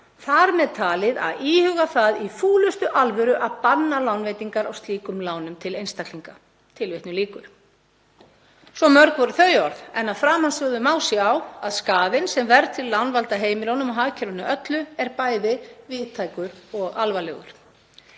þar með talið að íhuga það í fúlustu alvöru að banna lánveitingar á slíkum lánum til einstaklinga.“ Svo mörg voru þau orð en af framansögðu má sjá að skaðinn sem verðtryggð lán valda heimilunum og hagkerfinu öllu er bæði víðtækur og alvarlegur.